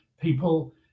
people